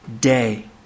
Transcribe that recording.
day